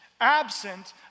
absent